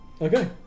Okay